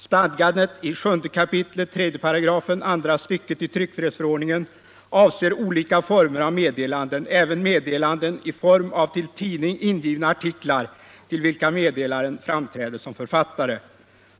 Stadgandet i 7 kap. 3 § andra stycket i tryckfrihetsförordningen avser olika former av meddelanden, även meddelanden i form av till tidning ingivna artiklar till vilka meddelaren framträder som författare.